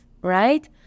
right